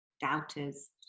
doubters